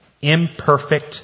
imperfect